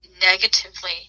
negatively